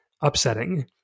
upsetting